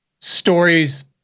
stories